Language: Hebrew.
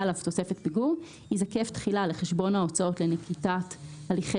עליו תוספת פיגור ייזקף תחילה לחשבון ההוצאות לנקיטת הליכי